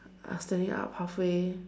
I was standing up halfway